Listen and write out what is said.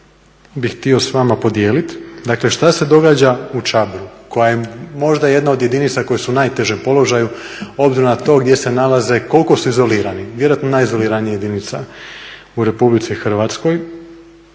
bi htio s vama podijelit, dakle što se događa u Čabru koja je možda jedna od jedinica koje su u najtežem položaju obzirom na to gdje se nalaze, koliko su izolirani. Vjerojatno najizoliranija jedinica u Republici Hrvatskoj